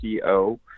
.co